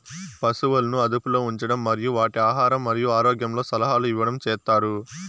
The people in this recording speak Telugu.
పసువులను అదుపులో ఉంచడం మరియు వాటి ఆహారం మరియు ఆరోగ్యంలో సలహాలు ఇవ్వడం చేత్తారు